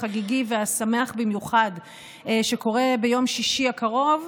החגיגי והשמח במיוחד שקורה ביום שישי הקרוב,